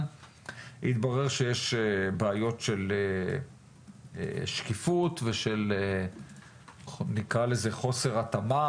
התברר שיש בעיות של שקיפות וחוסר התאמה.